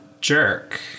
jerk